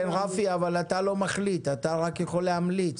כן רפי, אבל אתה לא מחליט, אתה רק יכול להמליץ.